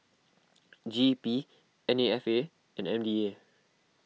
G E P N A F A and M D A